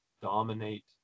dominate